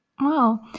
Wow